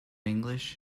english